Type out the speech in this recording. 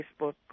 Facebook